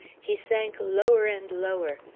he sank lower and lower,